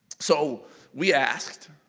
so we asked,